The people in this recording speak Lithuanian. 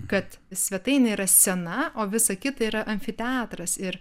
kad svetainė yra scena o visa kita yra amfiteatras ir